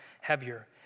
heavier